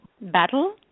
battle